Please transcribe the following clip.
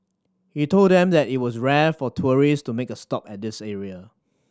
he told them that it was rare for tourist to make a stop at this area